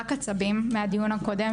רק עצבים מהדיון הקודם.